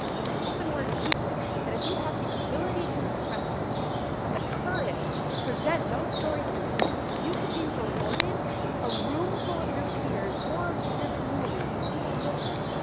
but spoken word teaches that if you have the ability to express yourself and the courage to present those stories and opinions, you could be rewarded with a room full of your peers, or your community, who will listen.